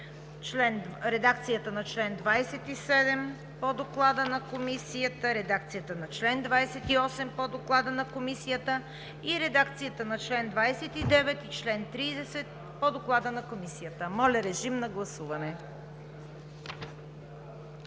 редакцията на чл. 27 по Доклада на Комисията; редакцията на чл. 28 по Доклада на Комисията, и редакцията на чл. 29 и чл. 30 по Доклада на Комисията. Гласували